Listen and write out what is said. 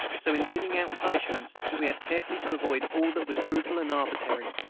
so, in dealing out punishments, we had carefully to avoid all that was brutal and arbitrary,